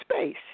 space